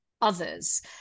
others